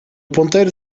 ponteiro